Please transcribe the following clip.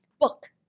Book